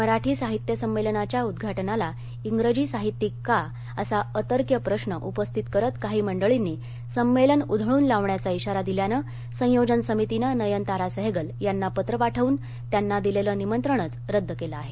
मराठी साहित्य संमेलनाच्या उद्घाटनाला इंग्रजी साहित्यिक का असा अतर्क्य प्रश्न उपस्थित करत काही मंडळींनी संमेलन उधळून लावण्याचा इशारा दिल्यानं संयोजन समितीनं नयनतारा सहगल यांना पत्र पाठवून त्यांना दिलेलं निमंत्रणच रद्द केलं आहे